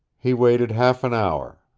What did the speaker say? he waited half an hour,